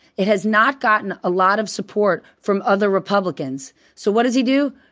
it has not gotten a lot of support from other republicans. so what does he do?